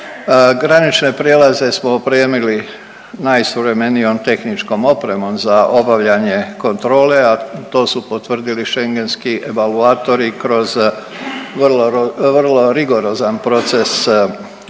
Granične prijelaze smo opremili najsuvremenijom tehničkom opremom za obavljanje kontrole, a to su potvrdili schengenski evaluatori kroz vrlo rigorozan proces provjera